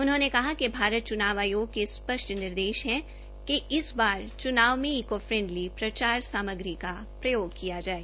उन्होंने कहा कि भारत चुनाव आयोग के स्पष्ट निर्देश हैं कि इस बार चुनाव में इको फ्रेंडली प्रचार सामग्री का प्रयोग किया जाए